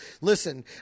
Listen